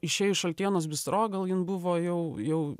išėjus šaltienos bistro gal jin buvo jau jau